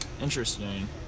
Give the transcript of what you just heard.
interesting